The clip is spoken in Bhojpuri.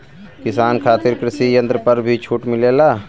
किसान खातिर कृषि यंत्र पर भी छूट मिलेला?